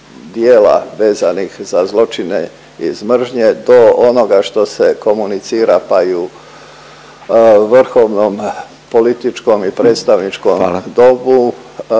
dijela vezanih za zločine iz mržnje do onoga što se komunicira pa i u vrhovnom, političkom i predstavničkom domu…